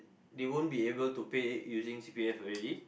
they won't be able to pay using C_P_F already